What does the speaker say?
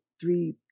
three